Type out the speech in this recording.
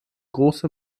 große